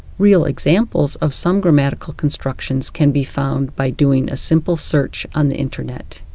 real examples of some grammatical constructions can be found by doing a simple search on the internet.